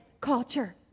culture